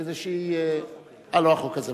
אה, לא החוק הזה.